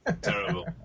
terrible